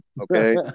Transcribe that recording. okay